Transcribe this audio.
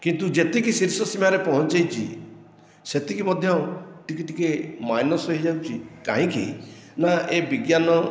କିନ୍ତୁ ଯେତିକି ଶୀର୍ଷ ସୀମାରେ ପହଞ୍ଚାଇଛି ସେତିକି ମଧ୍ୟ ଟିକେ ଟିକେ ମାଇନସ ହୋଇଯାଉଛି କାହିଁକି ନା ଏ ବିଜ୍ଞାନ